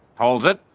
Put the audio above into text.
holds it,